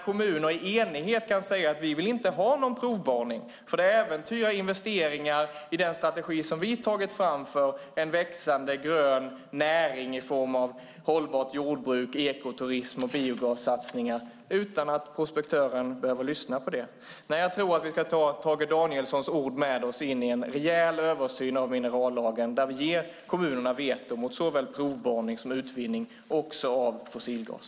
Kommuner kan i enighet säga att de inte vill ha någon provborrning därför att det äventyrar investeringar i den strategi som de har tagit fram för en växande grön näring i form av hållbart jordbruk, ekoturism och biogassatsningar utan att prospektören behöver lyssna. Nej, jag tror att vi ska ta Tage Danielssons ord med oss i en rejäl översyn av minerallagen där vi ger kommunerna veto mot såväl provborrning som utvinning också av fossilgas.